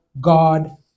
God